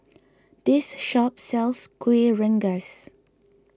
this shop sells Kuih Rengas